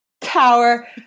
power